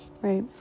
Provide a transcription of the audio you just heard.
right